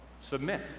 submit